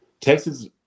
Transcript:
Texas